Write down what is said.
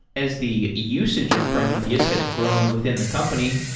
as the usage of prometheus has grown within the company,